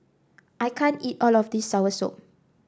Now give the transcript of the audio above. I can't eat all of this soursop